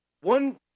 One